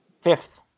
fifth